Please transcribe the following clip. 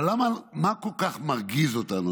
אבל מה כל כך מרגיז אותנו?